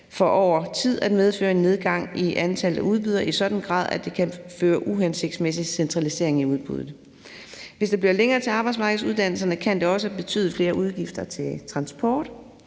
over tid at medføre en nedgang i antallet af udbydere i en sådan grad, at det kan føre til uhensigtsmæssig centralisering i udbuddet. Hvis der bliver længere til arbejdsmarkedsuddannelserne, kan det også betyde flere udgifter til transport